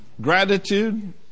Gratitude